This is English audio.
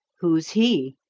who's he?